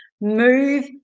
move